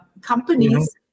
companies